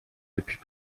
depuis